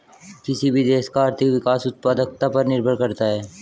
किसी भी देश का आर्थिक विकास उत्पादकता पर निर्भर करता हैं